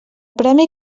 premi